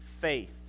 faith